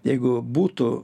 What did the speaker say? jeigu būtų